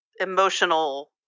emotional